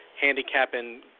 handicapping